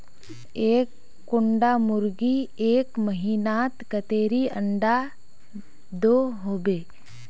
एक कुंडा मुर्गी एक महीनात कतेरी अंडा दो होबे?